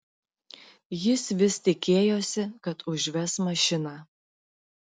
jis vis tikėjosi kad užves mašiną